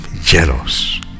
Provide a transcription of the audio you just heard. jealous